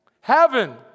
Heaven